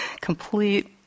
Complete